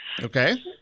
Okay